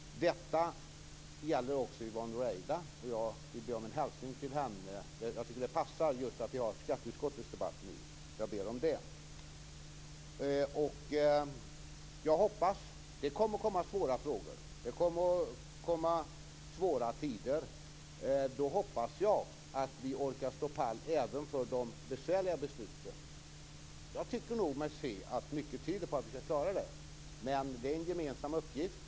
Detta gäller också Yvonne Ruwaida. Jag vill be om en hälsning till henne. Jag tycker att det passar eftersom vi för skatteutskottets debatt, så jag ber om det. Det kommer svåra frågor och det kommer svåra tider. Då hoppas jag att vi orkar stå pall även för de besvärliga besluten. Jag tycker mig se att mycket tyder på att vi skall klara det. Men det är en gemensam uppgift.